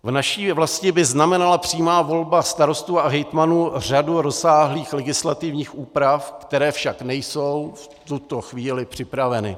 V naší vlasti by znamenala přímá volba starostů a hejtmanů řadu rozsáhlých legislativních úprav, které však nejsou v tuto chvíli připraveny.